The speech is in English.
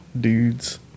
dudes